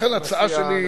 לכן, ההצעה שלי היא,